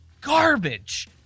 garbage